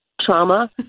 trauma